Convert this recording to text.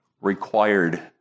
required